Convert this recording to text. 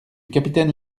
capitaine